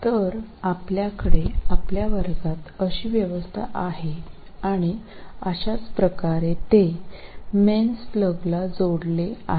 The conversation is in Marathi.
तर आपल्याकडे आपल्या वर्गात अशी व्यवस्था आहे आणि अशाच प्रकारे ते मेंस प्लगला जोडले आहेत